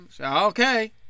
okay